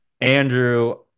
Andrew